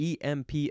emp